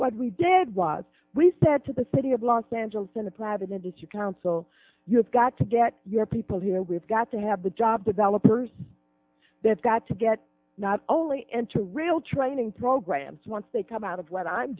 what we did was we said to the city of los angeles in the private industry council you have got to get your people here we've got to have the job developers they've got to get not only into real training programs once they come out of what i'm